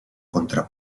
contra